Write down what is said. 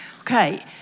Okay